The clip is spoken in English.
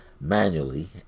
manually